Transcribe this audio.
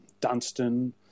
Dunstan